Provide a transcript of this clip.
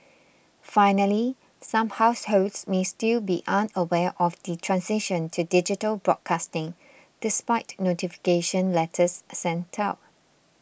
finally some households may still be unaware of the transition to digital broadcasting despite notification letters sent out